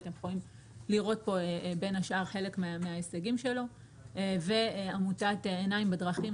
ואתם יכולים לראות פה בין השאר חלק מההישגים שלו ועמותת עיניים בדרכים,